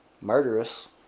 murderous